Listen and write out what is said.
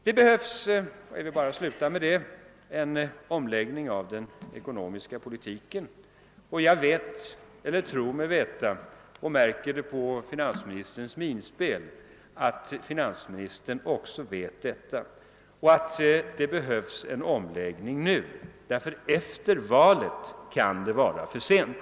Det behövs en omläggning av den ekonomiska politiken. Jag tror — jag märker det på finansministerns minspel — att finansministern också vet det. Det behövs en omläggning nu. Efter valet kan det vara för sent.